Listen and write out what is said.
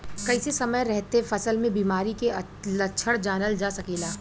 कइसे समय रहते फसल में बिमारी के लक्षण जानल जा सकेला?